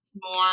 more